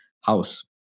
house